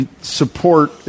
support